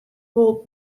wol